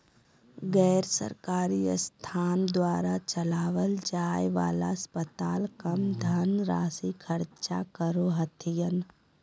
गैर सरकारी संस्थान द्वारा चलावल जाय वाला अस्पताल कम धन राशी खर्च करो हथिन